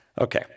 Okay